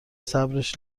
صبرش